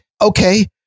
okay